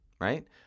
right